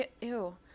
Ew